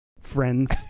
Friends